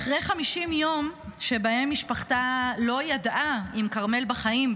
אחרי 50 יום שבהם משפחתה לא ידעה אם כרמל בחיים,